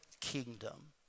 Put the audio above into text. kingdom